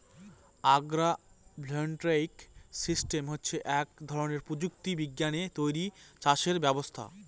আগ্র voltaic system হচ্ছে এক ধরনের প্রযুক্তি বিজ্ঞানে তৈরী চাষের ব্যবস্থা